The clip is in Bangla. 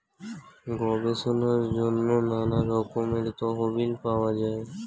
গবেষণার জন্য নানা রকমের তহবিল পাওয়া যায়